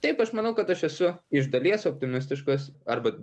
taip aš manau kad aš esu iš dalies optimistiškas arba